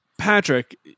Patrick